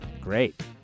Great